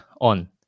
on